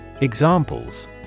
Examples